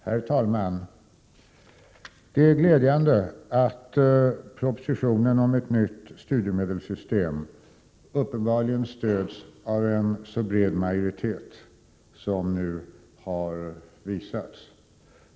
Herr talman! Det är glädjande att propositionen om ett nytt studiemedelssystem uppenbarligen stöds av en så bred majoritet som här har visats.